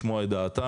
לשמוע את דעתם.